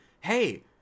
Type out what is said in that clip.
hey